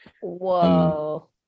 whoa